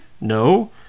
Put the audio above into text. no